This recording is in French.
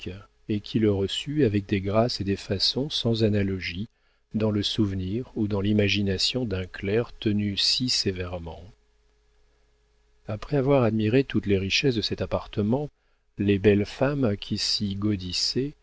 et qui le reçut avec des grâces et des façons sans analogie dans le souvenir ou dans l'imagination d'un clerc tenu si sévèrement après avoir admiré toutes les richesses de cet appartement les belles femmes qui s'y